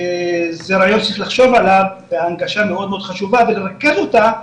זה רעיון שצריך לחשוב עליו ההנגשה מאוד חשובה ולרכז אותה,